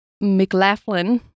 McLaughlin